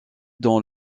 dans